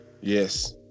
Yes